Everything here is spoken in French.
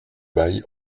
bail